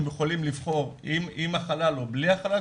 הם יכולים לבחור עם החלל או בלי החלל.